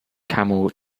camel